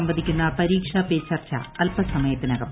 സംവദിക്കുന്ന പരീക്ഷാ പെ ചർച്ച അൽപസമയത്തിനകം